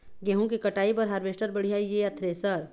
गेहूं के कटाई बर हारवेस्टर बढ़िया ये या थ्रेसर?